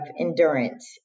endurance